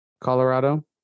Colorado